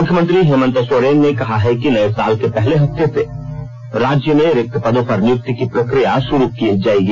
मुख्यमंत्री हेमन्त सोरेन ने कहा है कि नए साल के पहले हफते से राज्य में रिक्त पदों पर नियुक्ति की प्रक्रिया शुरू हो जाएगी